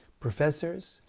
professors